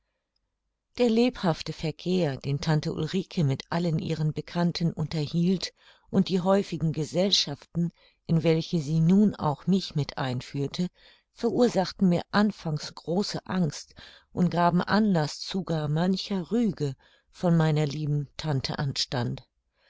der lebhafte verkehr den tante ulrike mit allen ihren bekannten unterhielt und die häufigen gesellschaften in welche sie nun auch mich mit einführte verursachten mir anfangs große angst und gaben anlaß zu gar mancher rüge von meiner lieben tante anstand